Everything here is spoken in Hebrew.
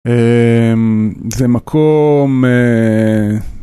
זה מקום.